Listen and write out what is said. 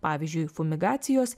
pavyzdžiui fumigacijos